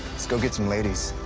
let's go get some ladies.